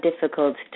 difficult